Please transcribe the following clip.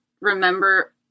remember